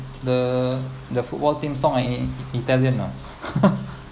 the the football team song ah in italian ah